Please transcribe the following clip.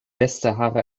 westsahara